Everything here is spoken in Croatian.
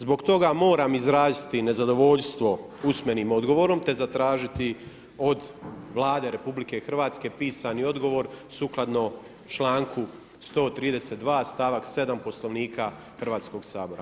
Zbog toga moram izraziti nezadovoljstvo usmenim odgovorom, te zatražiti od Vlade RH pisani odgovor sukladno članku 132. stavak 7. Poslovnika Hrvatskog sabora.